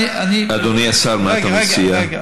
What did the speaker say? אדוני השר, מה אתה מציע?